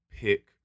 pick